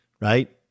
Right